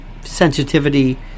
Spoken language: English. sensitivity